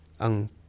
ang